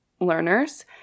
learners –